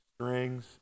strings